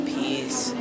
peace